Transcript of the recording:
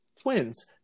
twins